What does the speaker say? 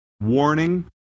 warning